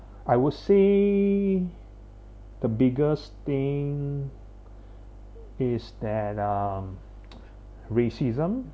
I will say the biggest thing is that um racism